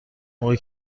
موقعی